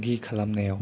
खालामनायाव